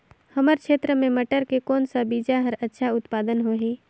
हमर क्षेत्र मे मटर के कौन सा बीजा मे अच्छा उत्पादन होही?